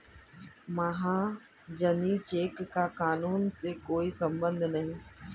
महाजनी चेक का कानून से कोई संबंध नहीं है